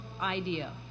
idea